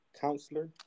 counselor